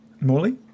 Morley